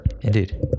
Indeed